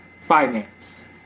finance